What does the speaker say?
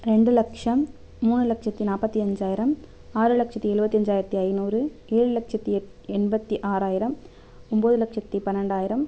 ரெண்டு லட்சம் மூணு லட்சத்தி நாற்பத்தி அஞ்சாயிரம் ஆறு லட்சத்தி எழுபத்தஞ்சாயிரத்தி ஐநூறு ஏழு லட்சத்தி எட் எண்பத்தி ஆறாயிரம் ஒம்பது லட்சத்தி பன்னெண்டாயிரம்